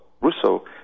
Russo